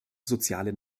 soziale